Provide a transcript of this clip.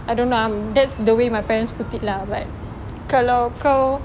I don't know I'm that's the way my parents put it lah but kalau kau